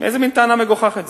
איזה מין טענה מגוחכת זו?